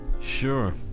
Sure